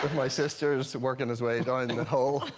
my sister's working his way down and and the hole